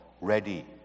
ready